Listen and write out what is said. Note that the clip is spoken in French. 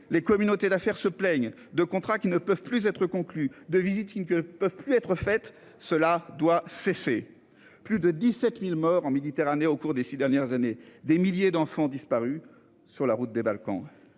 les communautés d'affaires se plaignent de contrat qui ne peuvent plus être. De visites signe que peuvent plus être faites. Cela doit cesser. Plus de 17.000 morts en Méditerranée. Au cours des 6 dernières années, des milliers d'enfants disparus, sur la route des Balkans.